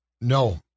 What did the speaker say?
No